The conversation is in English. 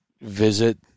visit